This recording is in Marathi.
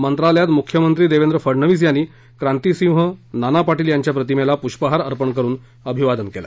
मंत्रालयात मुख्यमंत्री देवेंद्र फडणवीस यांनी क्रांतिसिंह नाना पाटील यांच्या प्रतिमेला प्रष्पहार अर्पण करून अभिवादन केलं